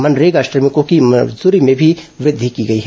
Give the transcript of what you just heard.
मनरेगा श्रमिकों की मजदूरी में भी वृद्धि की गई है